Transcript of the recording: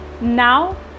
Now